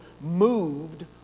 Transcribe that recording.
moved